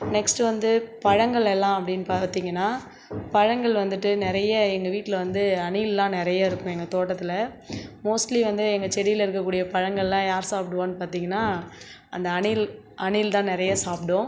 next வந்து பழங்கள் எல்லாம் அப்படினு பார்த்திங்கனா பழங்கள் வந்துட்டு நிறைய எங்கள் வீட்டில் வந்து அணில்லாம் நிறைய இருக்கும் எங்கள் தோட்டத்தில் மோஸ்ட்லி வந்து எங்கள் செடியில் இருக்கக்கூடிய பழங்கள்லாம் யார் சாப்பிடுவானு பார்த்திங்கனா அந்த அணில் அணில் தான் நிறைய சாப்பிடும்